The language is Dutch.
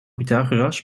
pythagoras